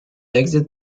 exit